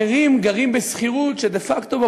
אחרים גרים בשכירות ודה-פקטו,